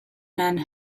and